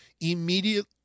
Immediately